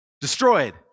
Destroyed